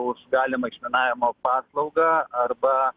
už galimą išminavimo paslaugą arba